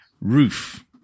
roof